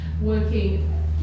working